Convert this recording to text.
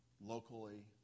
locally